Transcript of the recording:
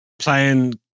playing